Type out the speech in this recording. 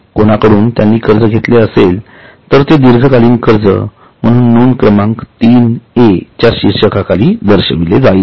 कोणाकडून त्यांनी कर्ज घेतले असेल तर ते दीर्घकालीन कर्ज म्हणून नोंद क्रमांक तीन ए च्या शीर्षकाखाली दर्शविले जाईल